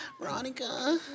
Veronica